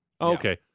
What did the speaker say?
Okay